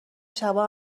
شبا